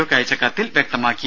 O ക്ക് അയച്ച കത്തിൽ വ്യക്തമാക്കി